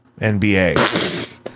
NBA